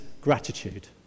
gratitude